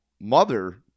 mother